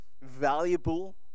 valuable